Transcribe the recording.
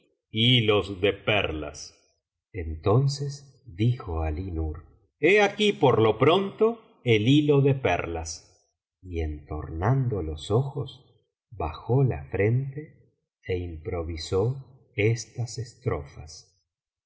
y los versos hilos de perlas entonces dijo alí nur he aquí por lo pronto el hilo de perlas y entornando los ojos bajó la frente é improvisó estas estrofas